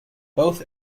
both